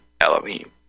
Elohim